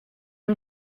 him